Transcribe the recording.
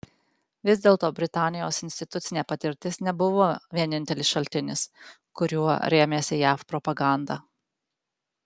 vis dėlto britanijos institucinė patirtis nebuvo vienintelis šaltinis kuriuo rėmėsi jav propaganda